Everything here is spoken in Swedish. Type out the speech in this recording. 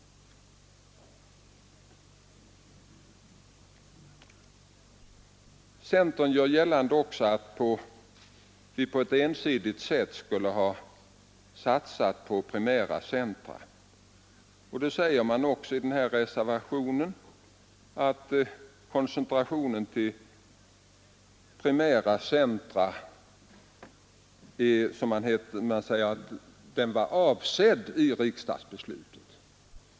Centern gör också gällande att vi på ett ensidigt sätt skulle ha satsat på primära centra. I reservationen säger man att en koncentration till primära centra var avsedd i riksdagsbeslutet.